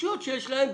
רשויות שיש להן,